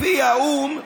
לפי האו"ם,